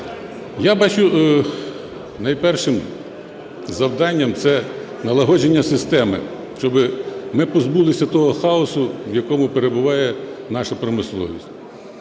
Я бачу найпершим завданням – це налагодження системи, щоб ми позбулися того хаосу, в якому перебуває наша промисловість.